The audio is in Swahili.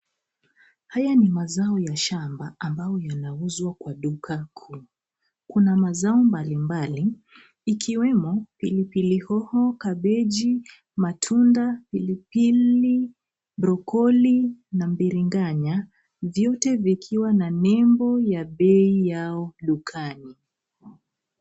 Haya ni mazao ya shamba ambayo yanauzwa kwa duka kuu. Kuna mazao mbalimbali ikiwemo pilipili hoho, kabeji, matunda, pilipili, brocoli na biriganya, vyote vikiwa na nembo ya bei yao dukani.